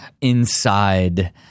inside